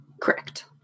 Correct